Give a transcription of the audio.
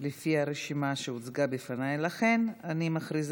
לפי הרשימה שהוצגה בפניי, ולכן אני מכריזה